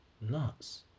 nuts